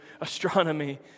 astronomy